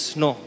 no